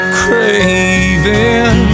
craving